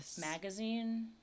Magazine